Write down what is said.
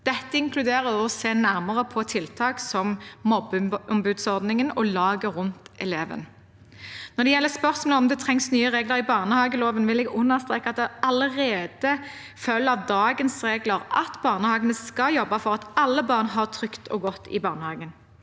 Dette inkluderer å se nærmere på tiltak som mobbeombudsordningen og laget rundt eleven. Når det gjelder spørsmålet om det trengs nye regler i barnehageloven, vil jeg understreke at det allerede følger av dagens regler at barnehagene skal jobbe for at alle barn har det trygt og godt i barnehagen.